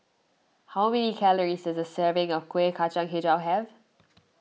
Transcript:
how many calories does a serving of Kueh Kacang HiJau have